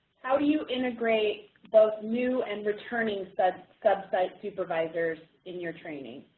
how do you integrate both new and returning sub-site sub-site supervisors in your training?